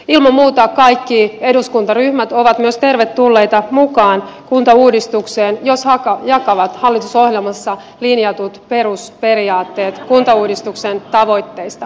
ilman muuta kaikki eduskuntaryhmät ovat myös tervetulleita mukaan kuntauudistukseen jos jakavat hallitusohjelmassa linjatut perusperiaatteet kuntauudistuksen tavoitteista